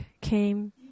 came